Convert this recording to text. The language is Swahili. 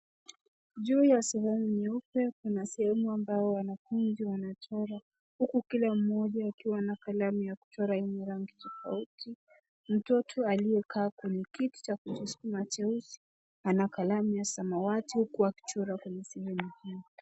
Juu ya sehemu nyeupe kuna sehemu ambayo wanafunzi wanachora huku kila mmoja akiwa na kalamu ya kuchora yenye rangi tofauti. Mtoto aliyekaa kwenye kiti cha kukisukuma cheusi ana kalamu ya samawati huku akichora kwenye sehemu nyeupe.